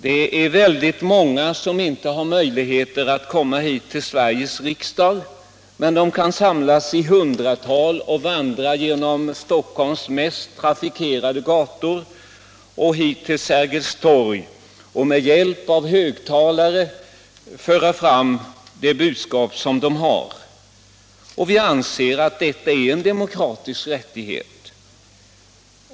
Det är väldigt många som inte har möjlighet att komma hit till Sveriges riksdag, men de kan samlas i hundratal och vandra genom Stockholms mest trafikerade gator till Sergels torg och med hjälp av högtalare föra fram det budskap de har. Och vi anser att detta är en demokratisk rättighet.